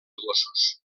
gossos